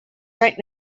right